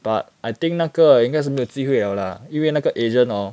but I think 那个应该是没有机会了 lah 因为那个 agent orh